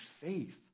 faith